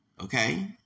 Okay